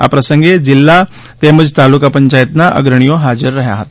આ પ્રસંગે જિલ્લા તેમજ તાલકા પંચાયતના અગ્રણીઓ હાજર રહ્યા હતા